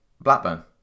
Blackburn